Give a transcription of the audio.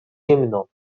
zimno